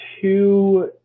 two